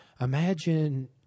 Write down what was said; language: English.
imagine